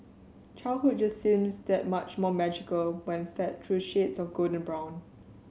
childhood just seems that much more magical when fed through shades of golden brown